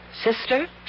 sister